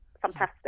fantastic